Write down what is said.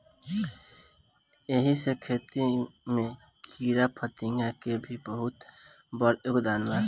एही से खेती में कीड़ाफतिंगा के भी बहुत बड़ योगदान बा